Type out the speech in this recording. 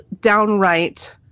downright